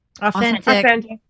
Authentic